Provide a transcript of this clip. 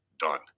done